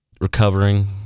recovering